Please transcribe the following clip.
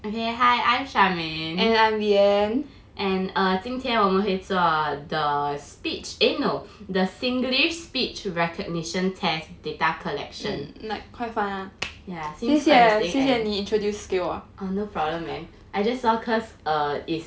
okay hi I'm charmaine and err 今天我们会做 the speech eh no the singlish speech recognition test data collection ya seems quite interesting and oh no problem man I just saw cause err it's